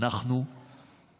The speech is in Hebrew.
ואם עכשיו, לא